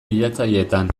bilatzailetan